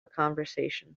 conversation